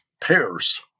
pairs